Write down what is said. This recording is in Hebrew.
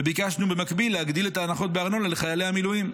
וביקשנו במקביל להגדיל את ההנחות בארנונה לחיילי המילואים.